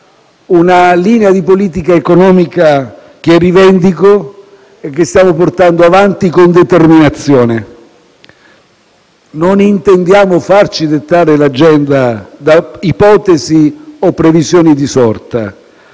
Una linea di politica economica che rivendico e che stiamo portando avanti con determinazione. Non intendiamo farci dettare l'agenda da ipotesi o previsioni di sorta;